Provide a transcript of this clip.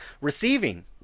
receiving